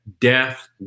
death